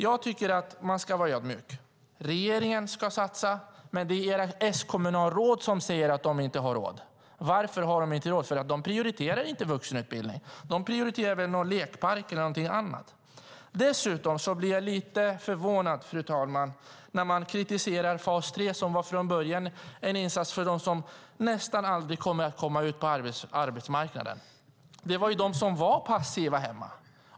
Jag tycker att man ska vara ödmjuk. Ni säger att regeringen ska satsa, men det är era S-kommunalråd som säger att de inte har råd. Varför har de inte råd? De prioriterar inte vuxenutbildningen. De prioriterar väl en lekpark eller någonting annat. Dessutom blir jag lite förvånad, fru talman, när man kritiserar fas 3, som från början var en insats för dem som nästan aldrig kommer att komma ut på arbetsmarknaden. Den var till för dem som var passiva hemma.